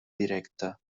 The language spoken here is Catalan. directa